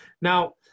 Now